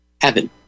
Heaven